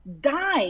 die